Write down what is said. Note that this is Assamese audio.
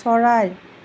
চৰাই